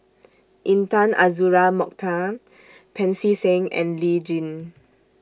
Intan Azura Mokhtar Pancy Seng and Lee Tjin